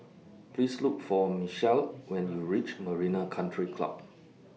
Please Look For Michel when YOU REACH Marina Country Club